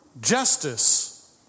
justice